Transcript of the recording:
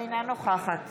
אינה נוכחת